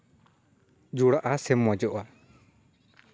ᱡᱳᱲᱟᱜᱼᱟ ᱥᱮ ᱢᱚᱡᱚᱜᱼᱟ